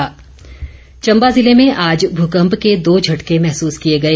भुकम्प चंबा जिले में आज भूकंप के दो झटके महसूस किए गए